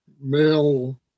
male